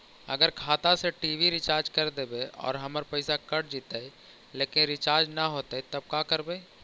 अगर खाता से टी.वी रिचार्ज कर देबै और हमर पैसा कट जितै लेकिन रिचार्ज न होतै तब का करबइ?